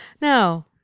No